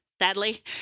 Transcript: Sadly